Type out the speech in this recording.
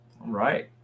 Right